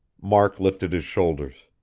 mark lifted his shoulders.